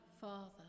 Father